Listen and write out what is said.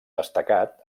destacat